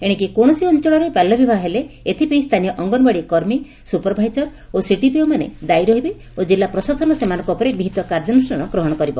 ଏଶିକି କୌରସି ଅଞ୍ଞଳରେ ବାଲ୍ୟ ବିବାହ ହେଲେ ଏଥିପାଇଁ ସ୍ଚାନୀୟ ଅଙ୍ଗନବାଡ଼ି କର୍ମୀ ସୁପରଭାଇଜର ଓ ସିଡିପିଓମାନେ ଦାୟୀ ରହିବେ ଓ ଜିଲ୍ଲା ପ୍ରଶାସନ ସେମାନଙ୍କ ଉପରେ ବିହିତ କାର୍ଯ୍ୟାନୁଷ୍ଠାନ ଗ୍ରହଶ କରିବ